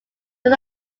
was